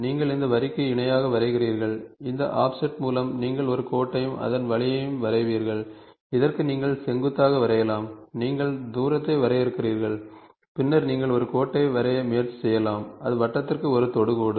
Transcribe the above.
நீங்கள் இந்த வரிக்கு இணையாக வரைகிறீர்கள் இதன் ஆஃப்செட் மூலம் நீங்கள் ஒரு கோட்டையும் அதே வழியையும் வரைவீர்கள் இதற்கு நீங்கள் செங்குத்தாக வரையலாம் நீங்கள் தூரத்தை வரையறுக்கிறீர்கள் பின்னர் நீங்கள் ஒரு கோட்டை வரைய முயற்சி செய்யலாம் இது வட்டத்திற்கு ஒரு தொடுகோடு